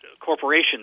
corporations